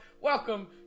Welcome